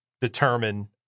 determine